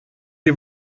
die